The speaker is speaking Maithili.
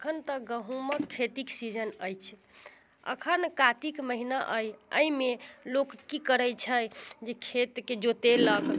एखन तऽ गहुमक खेतीक सीजन अछि एखन कातिक महिना अइ अइमे लोक की करै छै जे खेतके जोतेलक